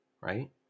right